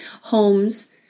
homes